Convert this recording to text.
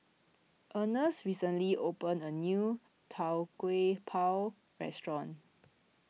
Ernst recently open a new Tau Kwa Pau restaurant